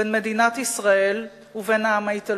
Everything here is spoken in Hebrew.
בין מדינת ישראל ובין העם האיטלקי.